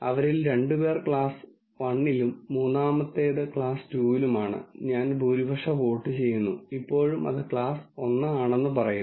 അവരിൽ രണ്ട് പേർ ക്ലാസ്സ് 1 ലും മൂന്നാമത്തേത് ക്ളാസ് 2 ലുമാണ് ഞാൻ ഭൂരിപക്ഷ വോട്ട് ചെയ്യുന്നു ഇപ്പോഴും അത് ക്ലാസ് 1 ആണെന്ന് പറയുന്നു